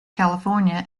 california